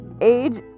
age